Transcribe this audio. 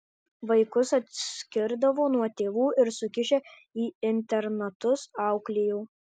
vaikus atskirdavo nuo tėvų ir sukišę į internatus auklėjo